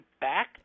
back